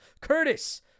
curtis